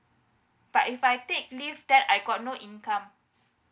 but if I take leave that I got no income